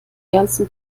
ganzen